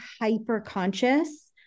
hyper-conscious